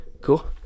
Cool